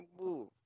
move